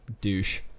douche